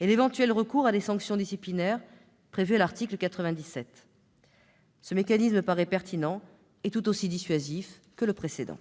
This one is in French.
et l'éventuel recours à des sanctions disciplinaires prévues à l'article 97. Ce mécanisme paraît pertinent et tout aussi dissuasif que le précédent.